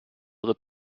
der